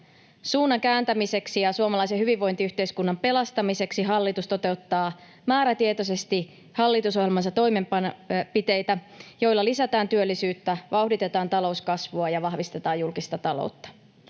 Suunnan kääntämiseksi ja suomalaisen hyvinvointiyhteiskunnan pelastamiseksi hallitus toteuttaa määrätietoisesti hallitusohjelmansa toimenpiteitä, joilla lisätään työllisyyttä, vauhditetaan talouskasvua ja vahvistetaan julkista taloutta.